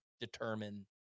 determine